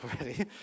already